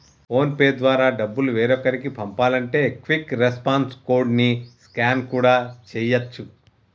phone pay ద్వారా డబ్బులు వేరొకరికి పంపాలంటే క్విక్ రెస్పాన్స్ కోడ్ ని స్కాన్ కూడా చేయచ్చు